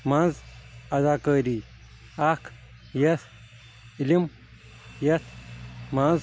منٛز اَداکٲری اَکھ یَس علم ییٚتھ منٛز